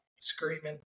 screaming